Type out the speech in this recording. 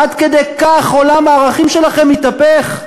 עד כדי כך עולם הערכים שלכם התהפך?